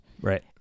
Right